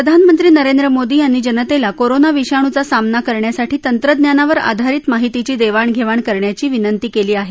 प्रधानमंत्री नरेंद्र मोदी यांनी जनतेला कोरोना विषाणूचा सामना करण्यासाठी तंत्रज्ञानावर आधारित माहितीची देवाण घेवाण करण्याची विनंती केली आहे